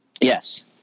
Yes